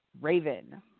Raven